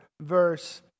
Verse